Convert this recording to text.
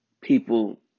People